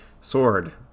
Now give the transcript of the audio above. Sword